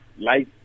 life